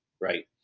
right